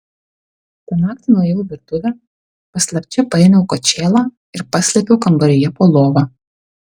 tą naktį nuėjau į virtuvę paslapčia paėmiau kočėlą ir paslėpiau kambaryje po lova